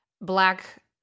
black